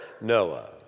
Noah